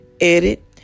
edit